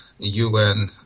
UN